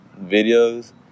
videos